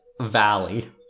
Valley